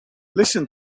listen